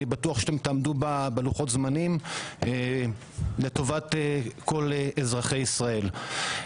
אני בטוח שתעמדו בלוחות הזמנים לטובת כל אזרחי ישראל.